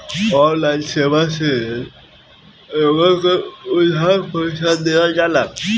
online सेवा से लोगन के उधार पईसा देहल जाला